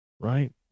Right